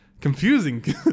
confusing